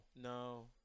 No